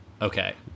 Okay